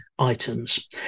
Items